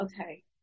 okay